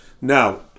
Now